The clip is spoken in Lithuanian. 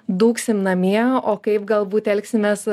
dūksim namie o kaip galbūt elgsimės